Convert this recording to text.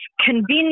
convenient